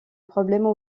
problèmes